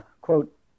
quote